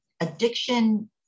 Addiction